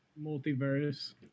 multiverse